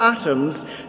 atoms